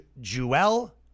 Jewel